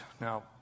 Now